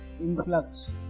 influx